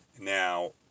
Now